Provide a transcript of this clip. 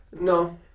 No